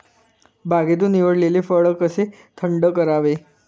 बागेतून निवडलेले फळ कसे थंड करावे?